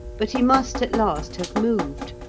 but he must at last have moved,